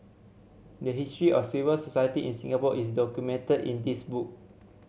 the history of civil society in Singapore is documented in this book